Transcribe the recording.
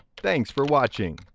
thanks for watching!